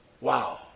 wow